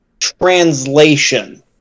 translation